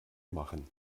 machen